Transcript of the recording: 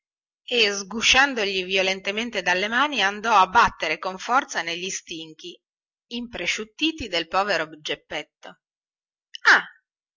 e sgusciandogli violentemente dalle mani andò a battere con forza negli stinchi impresciuttiti del povero geppetto ah